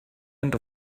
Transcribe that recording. end